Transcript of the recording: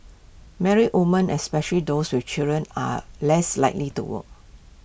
married women especially those with children are less likely to work